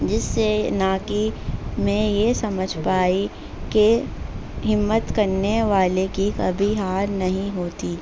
جس سے نہ کہ میں یہ سمجھ پائی کہ ہمت کرنے والے کی کبھی ہار نہیں ہوتی